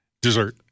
dessert